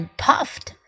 puffed